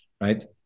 right